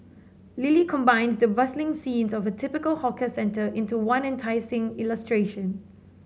Lily combines the bustling scenes of a typical hawker centre into one enticing illustration